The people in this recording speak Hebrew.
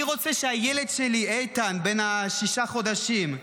אני רוצה שהילד שלי, איתן בן השישה חודשים,